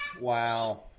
Wow